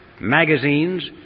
magazines